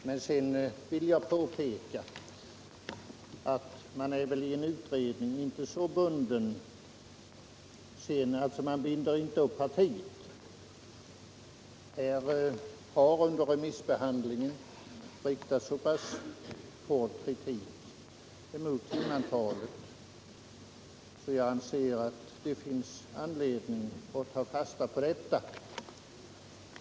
Men sedan vill jag påpeka att man i en utredning väl inte binder partiet. Under remissbehandlingen har det riktats så pass hård kritik mot timantalet §7 att vi anser att det finns anledning att ta fasta på detta.